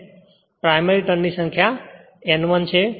તેથી primary turn N1 છે